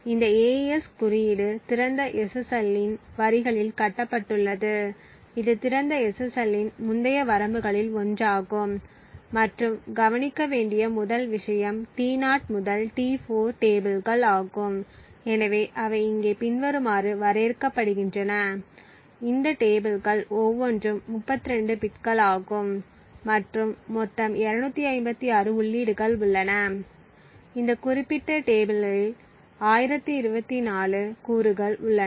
எனவே இந்த AES குறியீடு திறந்த SSL இன் வரிகளில் கட்டப்பட்டுள்ளது இது திறந்த SSL இன் முந்தைய வரம்புகளில் ஒன்றாகும் மற்றும் கவனிக்க வேண்டிய முதல் விஷயம் T0 முதல் T4 டேபிள்கள் ஆகும் எனவே அவை இங்கே பின்வருமாறு வரையறுக்கப்படுகின்றன இந்த டேபிள்கள் ஒவ்வொன்றும் 32 பிட்கள் ஆகும் மற்றும் மொத்தம் 256 உள்ளீடுகள் உள்ளன இந்த குறிப்பிட்ட டேபிளில் 1024 கூறுகள் உள்ளன